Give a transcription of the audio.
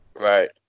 Right